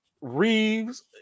Reeves